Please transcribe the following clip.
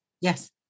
yes